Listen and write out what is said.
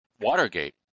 Watergate